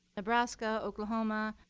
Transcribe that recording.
nebraska, oklahoma,